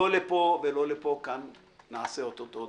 קיצוני לא לפה ולא לפה, כאן נעשה את אותו דבר.